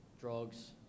drugs